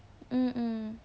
mm mm